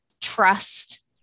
trust